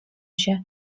się